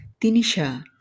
Tinisha